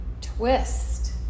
twist